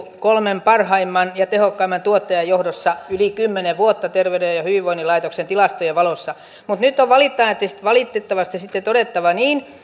kolmen parhaimman ja tehokkaimman tuottajan joukossa yli kymmenen vuotta terveyden ja ja hyvinvoinnin laitoksen tilastojen valossa mutta nyt on valitettavasti sitten todettava niin